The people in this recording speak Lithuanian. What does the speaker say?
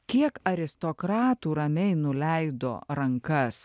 kiek aristokratų ramiai nuleido rankas